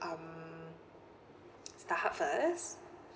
um starhub first